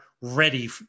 ready